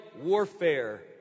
warfare